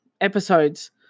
episodes